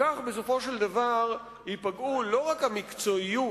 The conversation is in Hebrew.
כך בסופו של דבר ייפגעו לא רק המקצועיות